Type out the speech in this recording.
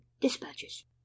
dispatches